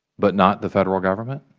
but not the federal government?